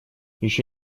еще